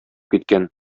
киткән